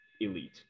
elite